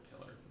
killer